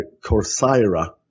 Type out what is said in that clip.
Corsaira